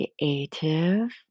creative